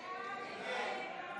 הסתייגות 19